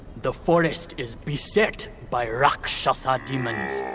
the forest is beset by rakshasa demons.